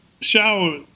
shower